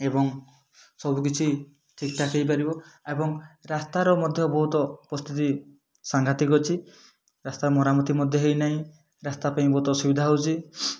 ଏବଂ ସବୁ କିଛି ଠିକ୍ ଠାକ୍ ହେଇପାରିବ ଏବଂ ରାସ୍ତାର ମଧ୍ୟ ବହୁତ ପରିସ୍ଥିତି ସଂଘାତିକ ଅଛି ରାସ୍ତାର ମରାମତି ମଧ୍ୟ ହେଇ ନାହିଁ ରାସ୍ତା ପାଇଁ ବହୁତ ଅସୁବିଧା ହଉଛି